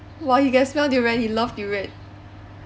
!wah! he can smell durian he love durian